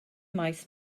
maes